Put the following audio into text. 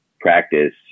practice